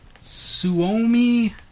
Suomi